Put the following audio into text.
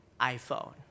iPhone